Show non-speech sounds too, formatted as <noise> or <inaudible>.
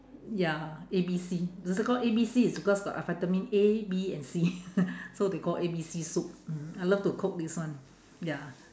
ya A B C is it called A B C is because got vitamin A B and C <laughs> so they call A B C soup mm I love to cook this one ya